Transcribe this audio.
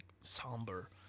somber